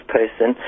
person